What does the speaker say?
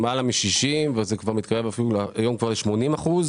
למעלה -60 והיום כבר יש 80 אחוזים